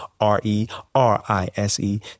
R-E-R-I-S-E